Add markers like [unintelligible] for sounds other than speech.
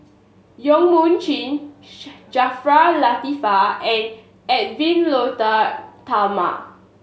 Yong Mun Chee [unintelligible] Jaafar Latiff and Edwy Lyonet Talma